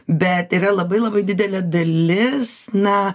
bet yra labai labai didelė dalis na